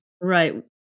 Right